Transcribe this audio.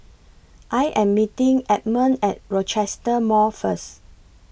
I Am meeting Edmond At Rochester Mall First